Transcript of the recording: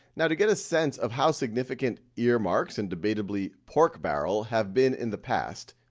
now to get a sense of how significant earmarks and debatably pork barrel have been in the past,